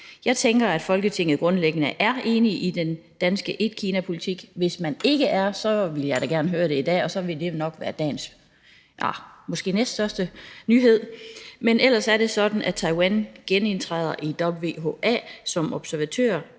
Jeg tænker, at Folketinget grundlæggende er enig i den danske etkinapolitik. Hvis man ikke er, vil jeg da gerne høre det i dag, og så vil det nok være dagens måske næststørste nyhed. Men ellers er det sådan, at Taiwan genindtræder i WHA som observatør,